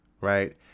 right